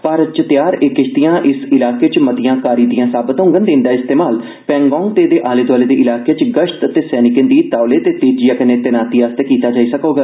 भारत च तैआर एह किश्तियां इस इलाके च मतियां कारी दियां साबत होंगन ते इंदा इस्तेमाल पैंगोंग ते एहदे आले दोआले दे इलाके च गश्त ते सैनिकें दी तौले ते तेजिया कन्नै तैनाती लेई कीता जाई सकोग